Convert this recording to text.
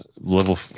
Level